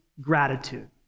gratitude